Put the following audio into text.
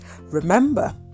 Remember